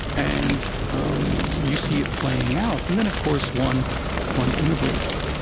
and um you see it playing out and then, of course, one one immigrates,